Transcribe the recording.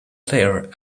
player